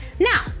Now